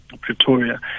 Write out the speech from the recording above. Pretoria